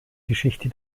geschichte